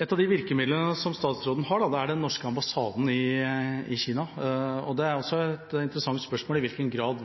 Et av de virkemidlene som statsråden har, er den norske ambassaden i Kina. Det er også et interessant spørsmål i hvilken grad